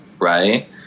right